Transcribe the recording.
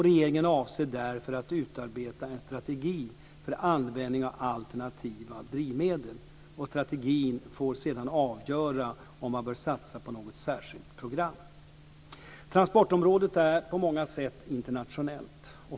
Regeringen avser därför att utarbeta en strategi för användning av alternativa drivmedel. Strategin får sedan avgöra om man bör satsa på något särskilt program. Transportområdet är på många sätt internationellt.